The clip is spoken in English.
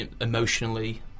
emotionally